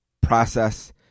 process